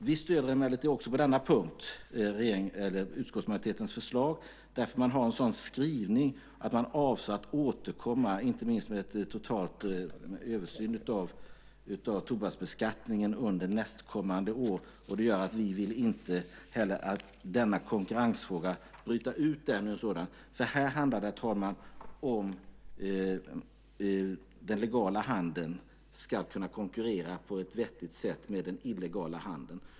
Vi stöder emellertid också på denna punkt utskottsmajoritetens förslag. Man har en skrivning om att man avser att återkomma med en total översyn av tobaksbeskattningen under nästkommande år, och vi vill inte bryta ut heller denna konkurrensfråga ur en sådan. Här handlar det, herr talman, om att den legala handeln ska kunna konkurrera på ett vettigt sätt med den illegala handeln.